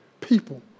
people